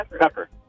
Pepper